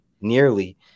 nearly